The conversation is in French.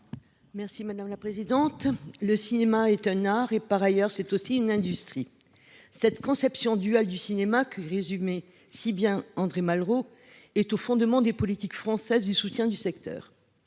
Monique de Marco. « Le cinéma est un art ; et par ailleurs, c’est aussi une industrie. » Cette conception duale du cinéma que résumait si bien André Malraux est au fondement des politiques françaises de soutien à ce secteur.